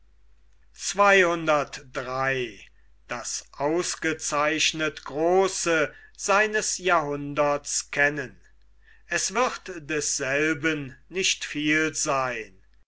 erfolgreich es wird desselben nicht viel seyn